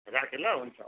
राखेँ ल हुन्छ